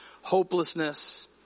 hopelessness